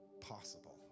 possible